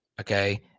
okay